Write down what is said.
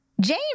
Jane